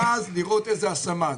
רק אז לראות איזו השמה.